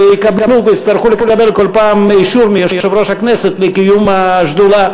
ויצטרכו לקבל כל פעם אישור מיושב-ראש הכנסת לקיום השדולה,